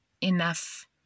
enough